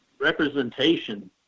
representation